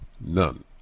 none